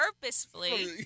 purposefully